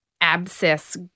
abscess